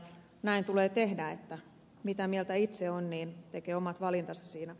näin tulee tehdä mitä mieltä itse on tehdä omat valintansa siinä